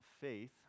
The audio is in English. Faith